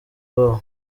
bawo